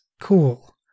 cool